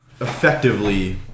effectively